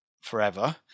forever